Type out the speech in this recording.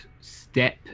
step